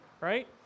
Right